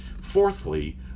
fourthly